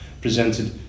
presented